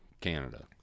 Canada